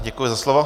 Děkuji za slovo.